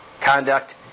Conduct